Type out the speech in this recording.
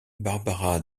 barbara